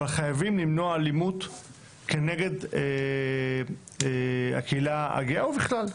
אבל חייבים למנוע אלימות כנגד הקהילה הגאה ובכלל.